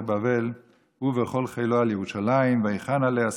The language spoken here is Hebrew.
בבל הוא וכל חילו על ירושלם ויחן עליה,